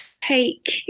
take